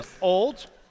old